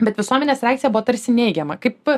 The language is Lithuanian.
bet visuomenės reakcija buvo tarsi neigiama kaip